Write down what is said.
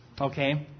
Okay